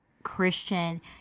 christian